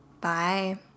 Bye